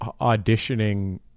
auditioning